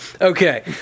Okay